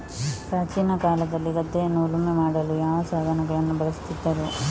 ಪ್ರಾಚೀನ ಕಾಲದಲ್ಲಿ ಗದ್ದೆಯನ್ನು ಉಳುಮೆ ಮಾಡಲು ಯಾವ ಸಾಧನಗಳನ್ನು ಬಳಸುತ್ತಿದ್ದರು?